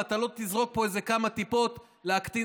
ואתה לא תזרוק פה איזה כמה טיפות כדי להקטין